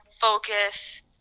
focus